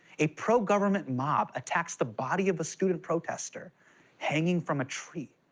a pro-government mob attacks the body of a student protester hanging from a tree.